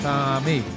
Tommy